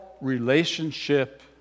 relationship